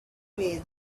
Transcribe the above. way